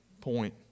point